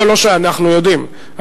אנחנו יודעים,